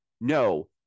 no